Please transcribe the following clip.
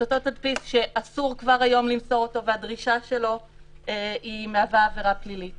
אותו תדפיס שאסור כבר היום למסור אותו והדרישה שלו מהווה עברה פלילית.